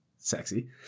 sexy